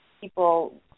people